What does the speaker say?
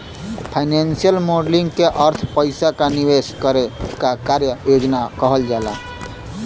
financial modelling क अर्थ पइसा क निवेश करे क कार्य योजना कहल जाला